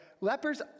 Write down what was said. Lepers